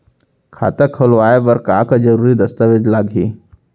खाता खोलवाय बर का का जरूरी दस्तावेज लागही?